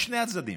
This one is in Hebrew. משני הצדדים,